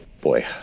boy